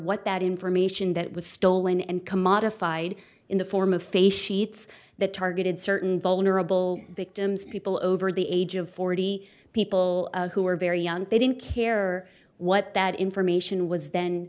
what that information that was stolen and commodified in the form of face sheets that targeted certain vulnerable victims people over the age of forty people who were very young they didn't care what that information was th